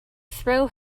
throw